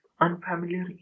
unfamiliar